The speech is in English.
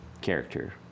character